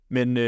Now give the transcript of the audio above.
Men